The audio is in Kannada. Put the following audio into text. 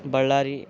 ಬಳ್ಳಾರಿ